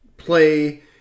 play